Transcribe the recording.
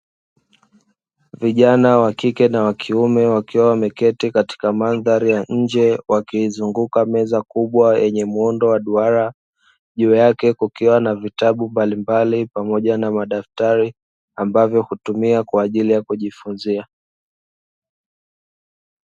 Vijana wakike na wakiume wakiwa wameketi katika mandhri ya nje wakiizunguka meza kubwa yenye muundo wa duara, juu yake kukiwa na vitabu mbalimbali pamoja na madaftari ambavyo hutumia kwa ajili ya kujifunzia.